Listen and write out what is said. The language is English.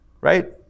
Right